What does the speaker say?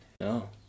No